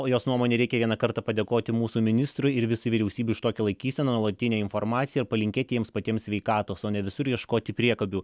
jos nuomone reikia vieną kartą padėkoti mūsų ministrui ir visai vyriausybei už tokią laikyseną nuolatinę informaciją palinkėti jiems patiems sveikatos o ne visur ieškoti priekabių